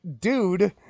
dude